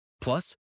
Plus